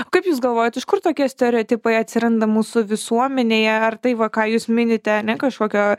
o kaip jūs galvojat iš kur tokie stereotipai atsiranda mūsų visuomenėje ar tai va ką jūs minite ane kažkokio